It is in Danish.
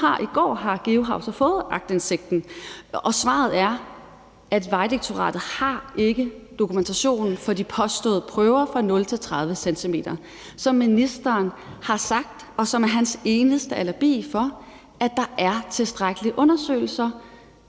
i går fik GeoHav så aktindsigten, og svaret er, at Vejdirektoratet ikke har dokumentationen for de påståede prøver for 0-30 cm, som ministeren ellers har sagt, og som er hans eneste alibi for, at der er tilstrækkeligt med undersøgelser